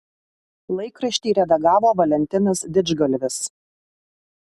laikraštį redagavo valentinas didžgalvis